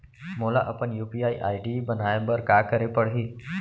मोला अपन UPI ID बनाए बर का करे पड़ही?